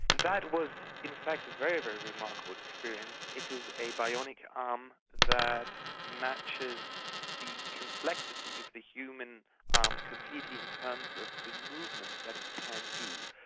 that was in effect a very, very remarkable experience. it is a bionic arm um that matches the complexity of the human arm completely in terms of the movements that it can do.